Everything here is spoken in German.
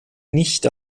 nicht